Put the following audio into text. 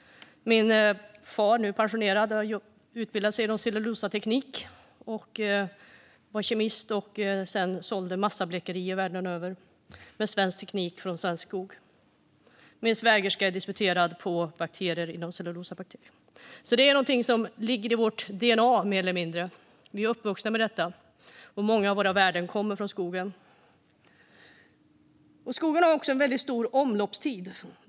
Min far, nu pensionerad, har utbildat sig inom cellulosateknik. Han var kemist och sålde sedan massabrickor världen över med svensk teknik från svensk skog. Min svägerska har disputerat på cellulosabakterier. Skogen är alltså någonting som mer eller mindre finns i vårt dna. Vi är uppvuxna med detta, och många av våra värden kommer från skogen. Skogen har lång omloppstid.